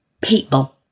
People